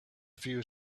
few